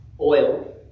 oil